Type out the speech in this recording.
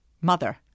mother